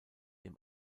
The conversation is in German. dem